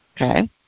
Okay